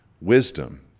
wisdom